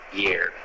year